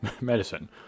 medicine